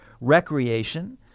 recreation